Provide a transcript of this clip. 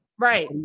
Right